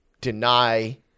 deny